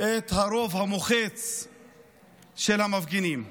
את הרוב המוחץ של המפגינים.